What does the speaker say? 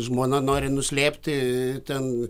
žmona nori nuslėpti ten